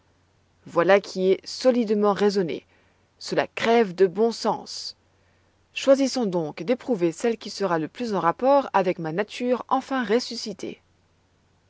voilà qui est solidement raisonné cela crève de bon sens choisissons donc d'éprouver celle qui sera le plus en rapport avec ma nature enfin ressuscitée